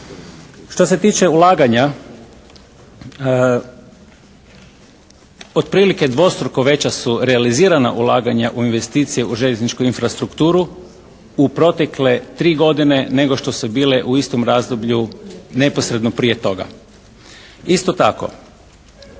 Što se tiče ulaganja otprilike dvostruko veća su realizirana ulaganja u investicije, u željezničku infrastrukturu u protekle tri godine nego što su bile u istom razdoblju neposredno prije toga. Isto tako